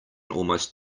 almost